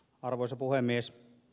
arvoisa puhemies